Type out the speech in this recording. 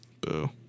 Boo